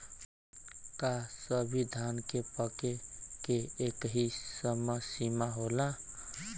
का सभी धान के पके के एकही समय सीमा होला?